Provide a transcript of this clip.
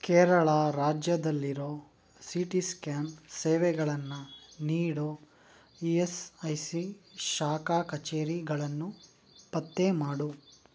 ಕೇರಳ ರಾಜ್ಯದಲ್ಲಿರೋ C T scan ಸೇವೆಗಳನ್ನು ನೀಡೋ ಇ ಎಸ್ ಐ ಸಿ ಶಾಖಾ ಕಚೇರಿಗಳನ್ನು ಪತ್ತೆ ಮಾಡು